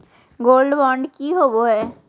Gold bond की होबो है?